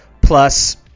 plus